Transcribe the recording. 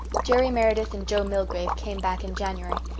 jerry meredith and joe milgrave came back in january,